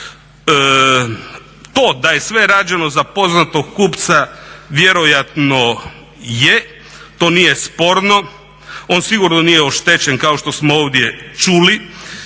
To da je sve rađeno za poznatog kupca vjerojatno je, to nije sporno, on sigurno nije oštećen kao što smo ovdje čuli.